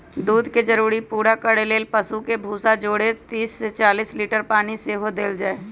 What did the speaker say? दूध के जरूरी पूरा करे लेल पशु के भूसा जौरे तीस से चालीस लीटर पानी सेहो देल जाय